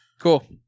cool